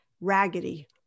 raggedy